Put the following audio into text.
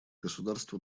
государство